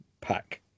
pack